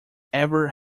ever